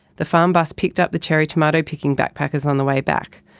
the farmer bus picked up the cherry tomato picking backpackers on the way back.